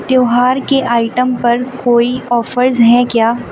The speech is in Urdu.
تیوہار کے آئٹم پر کوئی آفرز ہیں کیا